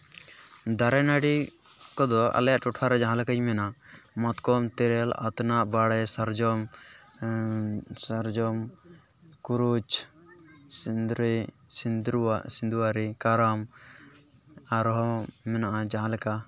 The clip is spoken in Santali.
ᱫᱟᱨᱮᱼᱱᱟᱹᱲᱤ ᱠᱚᱫᱚ ᱟᱞᱮᱭᱟᱜ ᱴᱚᱴᱷᱟᱨᱮ ᱡᱟᱦᱟᱸ ᱞᱮᱠᱟᱧ ᱢᱮᱱᱟ ᱢᱟᱛᱠᱚᱢ ᱛᱮᱨᱮᱞ ᱟᱛᱱᱟᱜ ᱵᱟᱲᱮ ᱥᱟᱨᱡᱚᱢ ᱥᱟᱨᱡᱚᱢ ᱠᱩᱨᱩᱪ ᱥᱤᱫᱽᱩᱣᱟᱹᱨᱤ ᱠᱟᱨᱟᱢ ᱟᱨᱦᱚᱸ ᱢᱮᱱᱟᱜᱼᱟ ᱡᱟᱦᱟᱸ ᱞᱮᱠᱟ